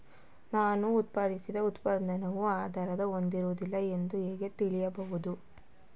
ನಾನು ಉತ್ಪಾದಿಸಿದ ಉತ್ಪನ್ನವು ಆದ್ರತೆ ಹೊಂದಿಲ್ಲ ಎಂದು ಹೇಗೆ ತಿಳಿಯಬಹುದು?